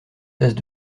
tasses